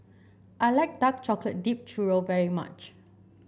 I like Dark Chocolate Dipped Churro very much